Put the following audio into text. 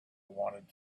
wanted